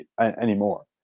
anymore